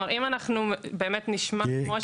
אם אנחנו נשמע --- כי